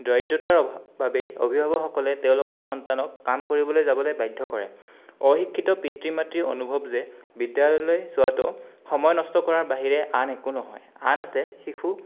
দৰিদ্ৰতাৰ অভাৱৰ বাবেই অভিভাৱকসকলে তেওঁলোকৰ সন্তানক কাম কৰিবলৈ যাবলৈ বাধ্য কৰে অশিক্ষিত পিতৃ মাতৃ অনুভৱ যে বিদ্যালয়লৈ যোৱাতো সময় নষ্ট কৰাৰ বাহিৰে আন একো নহয় আনহাতে শিশু